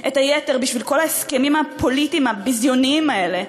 את היתר בשביל כל ההסכמים הפוליטיים הביזיוניים האלה,